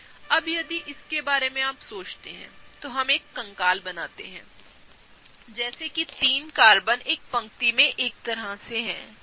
अब यदि आप इसके बारे में सोचते हैं तो आइए हम एक कंकाल बनाते हैं जैसे कि 3 कार्बनएकपंक्तिमेंएकतरह से हैं ठीक है